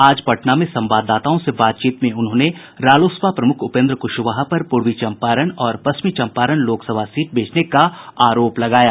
आज पटना में संवाददाताओं से बातचीत में उन्होंने रालोसपा प्रमुख उपेन्द्र कुशवाहा पर पूर्वी चंपारण और पश्चिमी चंपारण लोकसभा सीट बेचने का आरोप लगाया